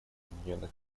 объединенных